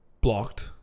blocked